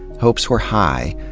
hopes were high,